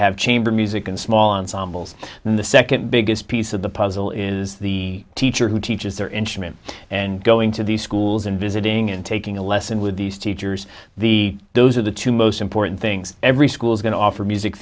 have chamber music and small ensembles and the second biggest piece of the puzzle is the teacher who teaches their instrument and going to these schools and visiting and taking a lesson with these teachers the those are the two most important things every school is going to offer music